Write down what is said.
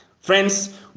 Friends